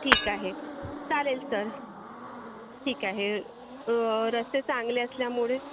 ठीक आहे चालेल सर ठीक आहे रो रस्ते चांगले असल्यामुळे